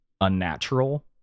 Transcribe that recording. unnatural